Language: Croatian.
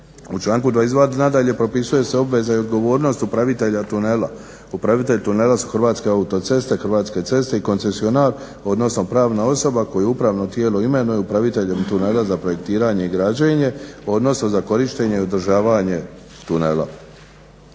U članku 22. nadalje propisuje se obveza i odgovornost upravitelja tunela. Upravitelj tunela su Hrvatske autoceste, Hrvatske ceste i koncesionar, odnosno pravna osoba koju upravno tijelo imenuje upraviteljem tunela za projektiranje i građenje, odnosno za korištenje i održavanje tunela.